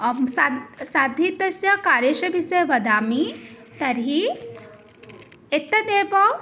आं साद् साधितस्य कार्यस्य विषये वदामि तर्हि एतदेव